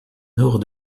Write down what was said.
nord